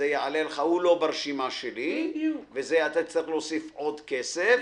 הוא לא ברשימה שלי ותצטרך להוסיף עוד כסף".